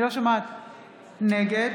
נגד